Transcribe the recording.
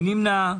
מי נמנע?